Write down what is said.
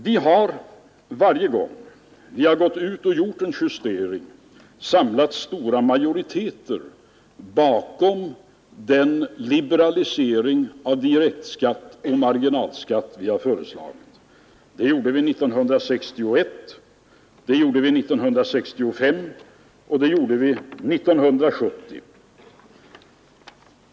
Vi har varje gång vi har gått ut och gjort en justering samlat stora majoriteter bakom den liberalisering av direktskatt och marginalskatt vi har föreslagit. Det gjorde vi år 1961, det gjorde vi år 1965 och år 1970.